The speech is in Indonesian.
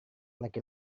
laki